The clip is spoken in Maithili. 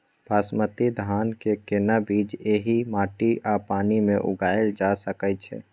बासमती धान के केना बीज एहि माटी आ पानी मे उगायल जा सकै छै?